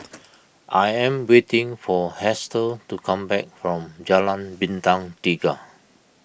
I am waiting for Hester to come back from Jalan Bintang Tiga